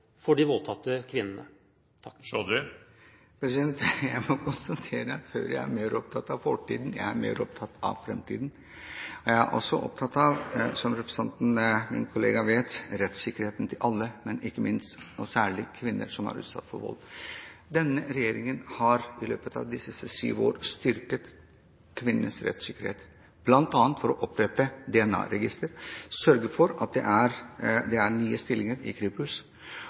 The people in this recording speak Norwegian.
for de voldtatte kvinnene? Jeg må konstatere at Høyre er mest opptatt av fortiden. Jeg er mer opptatt av framtiden. Jeg er også, som representanten vet, opptatt av rettssikkerheten til alle, men ikke minst – og særlig – kvinner som blir utsatt for vold. Denne regjeringen har i løpet av de siste syv år styrket kvinners rettssikkerhet, bl.a. ved å opprette DNA-register, sørge for at det er nye stillinger i